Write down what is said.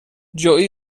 جوئی